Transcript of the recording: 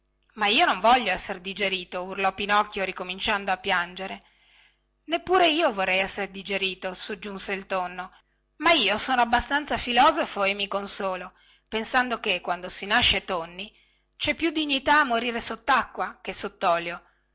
ma io non voglio esser digerito urlò pinocchio ricominciando a piangere neppure io vorrei esser digerito soggiunse il tonno ma io sono abbastanza filosofo e mi consolo pensando che quando si nasce tonni cè più dignità a morir sottacqua che sottolio